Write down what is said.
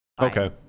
Okay